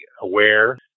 aware